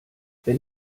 wenn